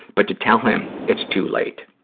but to tell him it's too late.